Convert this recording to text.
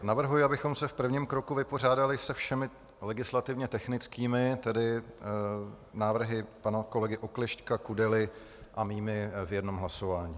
Navrhuji, abychom se v prvním kroku vypořádali se všemi legislativně technickými návrhy tedy návrhy pana kolegy Oklešťka, Kudely a mými v jednom hlasování.